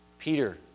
Peter